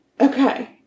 Okay